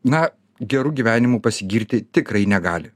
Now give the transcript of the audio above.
na geru gyvenimu pasigirti tikrai negali